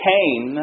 Cain